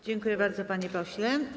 Dziękuję bardzo, panie pośle.